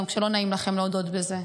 גם כשלא נעים לכם להודות בזה.